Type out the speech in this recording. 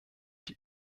die